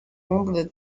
hombro